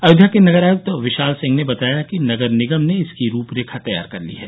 अयोध्या के नगर आयुक्त विशाल सिंह ने बताया कि नगर निगम ने इसकी रूपरेखा तैयार कर ली है